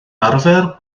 arfer